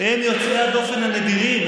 הם יוצאי הדופן הנדירים.